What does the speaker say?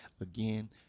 Again